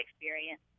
experience